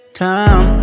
time